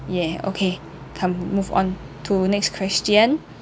yeah okay come we move on to next question